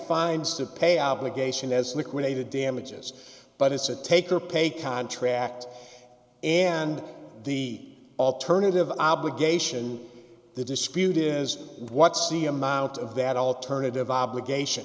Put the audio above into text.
defines to pay obligation as liquidated damages but it's a take or pay contract and the alternative obligation the dispute is what's the amount of that alternative obligation